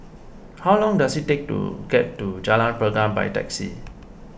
how long does it take to get to Jalan Pergam by taxi